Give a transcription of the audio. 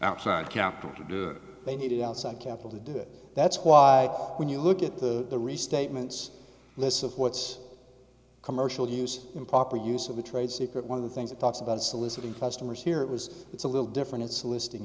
outside capital they need outside capital to do it that's why when you look at the restatements lists of what's commercial use improper use of a trade secret one of the things it talks about soliciting customers here it was it's a little different it's a listing